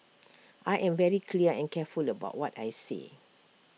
I am very clear and careful about what I say